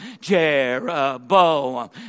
Jeroboam